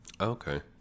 Okay